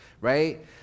right